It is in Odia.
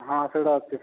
ହଁ ସେଗୁଡ଼ା ଅଛି